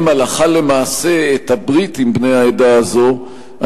הלכה למעשה את הברית עם בני העדה הזאת,